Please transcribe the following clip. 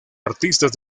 artistas